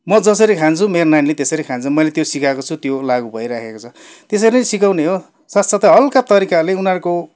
म जसरी खान्छु मेरो नानीले त्यसरी खान्छ मैले त्यो सिकाएको छु त्यो लागु भइरहेको छ त्यसरी नै सिकाउने हो साथ साथै हलका तरिकाले उनीहरूको